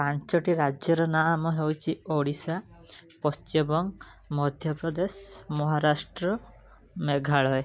ପାଞ୍ଚଟି ରାଜ୍ୟର ନାମ ହେଉଛି ଓଡ଼ିଶା ପଶ୍ଚିମବଙ୍ଗ ମଧ୍ୟପ୍ରଦେଶ ମହାରାଷ୍ଟ୍ର ମେଘାଳୟ